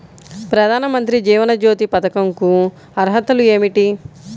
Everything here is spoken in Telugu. ప్రధాన మంత్రి జీవన జ్యోతి పథకంకు అర్హతలు ఏమిటి?